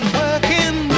working